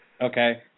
Okay